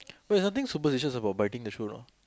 oh there's nothing superstitious about biting the shoe know